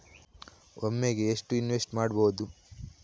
ಒಮ್ಮೆಗೆ ಎಷ್ಟು ಇನ್ವೆಸ್ಟ್ ಮಾಡ್ಬೊದು?